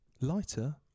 lighter